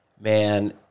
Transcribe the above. man